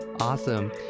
awesome